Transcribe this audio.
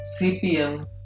CPM